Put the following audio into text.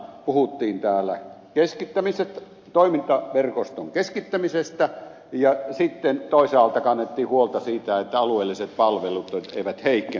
toisaalta täällä puhuttiin toimintaverkon keskittämisestä ja sitten toisaalta kannettiin huolta siitä että alueelliset palvelut eivät heikkene